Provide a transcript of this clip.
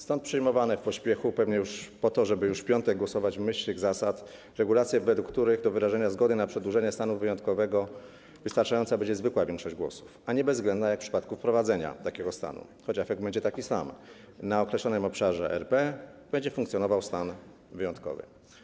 Stąd przyjmowane w pośpiechu, pewnie po to, żeby już w piątek głosować w myśl tych zasad, regulacje, według których do wyrażenia zgody na przedłużenie stanu wyjątkowego wystarczająca będzie zwykła większość głosów, a nie bezwzględna jak w przypadku wprowadzenia takiego stanu, choć efekt będzie taki sam: na określonym obszarze RP będzie funkcjonował stan wyjątkowy.